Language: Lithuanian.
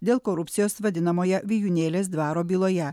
dėl korupcijos vadinamoje vijūnėlės dvaro byloje